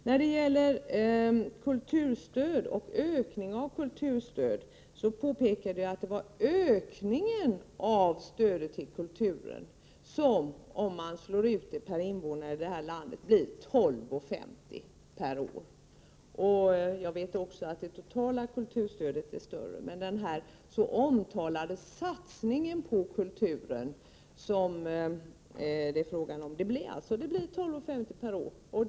När det gäller kulturstöd och ökning av kulturstöd påpekade jag att det var ökningen av stödet till kulturen som blir 12:50 per år om man slår ut det per invånare i det här landet. Jag vet också att det totala kulturstödet är större, men av den så omtalade satsningen på kulturen som det är fråga om blir det alltså 12 kr. och 50 öre per år.